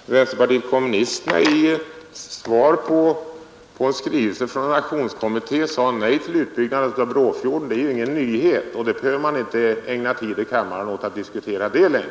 Herr talman! Att vänsterpartiet kommunisterna i svar på en skrivelse från en aktionskommitté sade nej till utbyggnaden av Brofjorden är ju ingen nyhet, och det behöver man inte ägna tid åt att diskutera i kammaren.